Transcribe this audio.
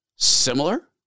Similar